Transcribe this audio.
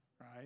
Right